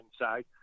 inside